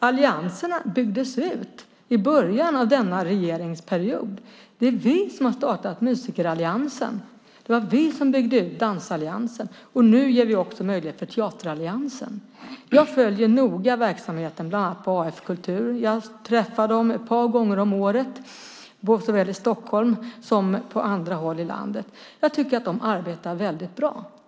Allianserna byggdes ut i början av denna regeringsperiod. Det är vi som har startat Musikalliansen. Det var vi som byggde ut Dansalliansen. Nu ger vi också en möjlighet för Teateralliansen. Jag följer noga verksamheten på bland annat AF Kultur. Jag träffar dem ett par gånger om året såväl i Stockholm som på andra håll i landet. Jag tycker att de arbetar bra.